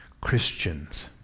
Christians